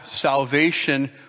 salvation